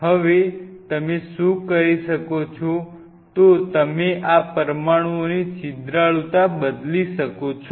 હવે તમે શું કરી શકો છો તો તમે આ પરમાણુઓની છિદ્રાળુતા બદલી શકો છો